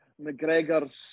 McGregor's